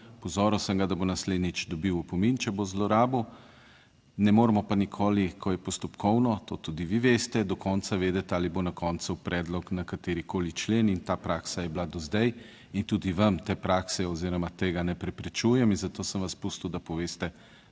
opozoril sem ga, da bo naslednjič dobil opomin, če bo zlorabil, ne moremo pa nikoli, **22. TRAK: (TB) - 14.45** (nadaljevanje) ko je postopkovno, to tudi vi veste, do konca vedeti ali bo na koncu predlog na katerikoli člen in ta praksa je bila do zdaj in tudi vam te prakse oziroma tega ne preprečujem in zato sem vas pustil, da poveste